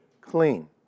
clean